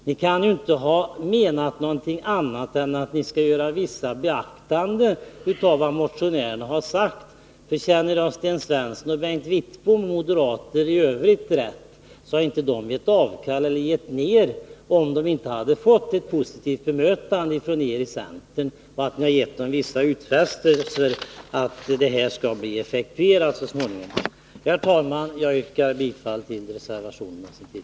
Ni kan inte ha menat någonting annat än att ni skall göra vissa beaktanden av vad motionärerna har sagt. Om jag känner Sten Svensson och Bengt Wittbom och övriga moderater rätt, så hade de inte gett upp om de inte fått ett positivt bemötande från er i centern och om ni inte gett dem vissa utfästelser att detta skall bli effektuerat så småningom. Herr talman! Jag yrkar bifall till reservationerna.